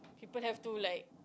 people have to like